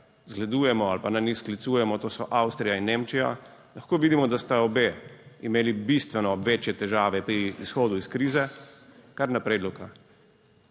zgledujemo ali pa na njih sklicujemo, to so Avstrija in Nemčija, lahko vidimo, da sta obe imeli bistveno večje težave pri izhodu iz krize, bistveno